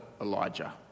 Elijah